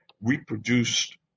reproduced